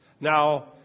Now